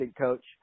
coach